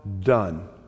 done